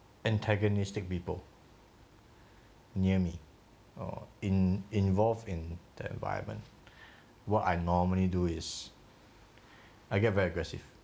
antagonistic people near me or in~ involved in the environment what I normally do is I get very aggressive